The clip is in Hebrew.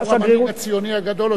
המנהיג הציוני הגדול?